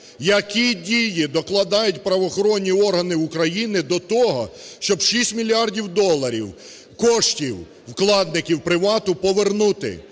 які дії докладають правоохоронні органи України до того, щоб 6 мільярдів доларів, коштів вкладників "Привату" повернути,